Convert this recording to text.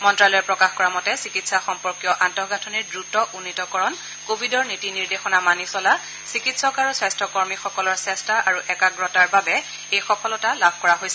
মন্ত্ৰালয়ে প্ৰকাশ কৰা মতে চিকিৎসা সম্পৰ্কীয় আন্তঃগাঁথনিৰ দ্ৰত উন্নীতকৰণ কোৱিডৰ নীতি নিৰ্দেশনা মানি চলা চিকিৎসক আৰু স্বাস্থ্য কৰ্মীসকলৰ চেষ্টা আৰু একাগ্ৰতাৰ বাবে এই সফলতা লাভ কৰা হৈছে